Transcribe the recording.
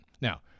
Now